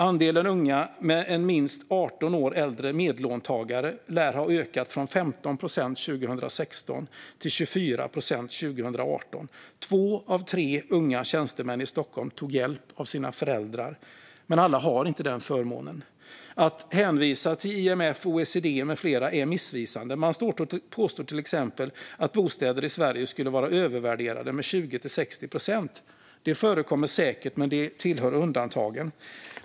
Andelen unga med en minst 18 år äldre medlåntagare lär ha ökat från 15 procent 2016 till 24 procent 2018. Två av tre unga tjänstemän i Stockholm tog hjälp av sina föräldrar, men alla har inte den förmånen. Att hänvisa till IMF, OECD med flera är missvisande. Man påstår till exempel att bostäder i Sverige skulle vara övervärderade med 20-60 procent. Det förekommer säkert, men det tillhör undantagen.